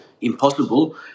impossible